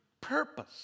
purpose